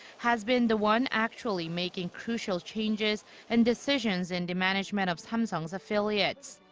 has been the one actually making crucial changes and decisions in the management of samsung's affiliates.